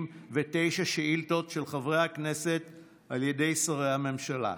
1,759 שאילתות של חברי הכנסת על ידי שרי הממשלה,